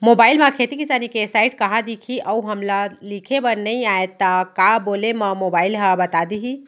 Mobile म खेती किसानी के साइट कहाँ दिखही अऊ हमला लिखेबर नई आय त का बोले म मोबाइल ह बता दिही?